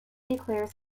declares